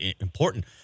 important